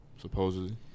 Supposedly